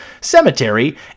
cemetery